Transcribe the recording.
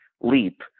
Leap